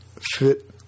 fit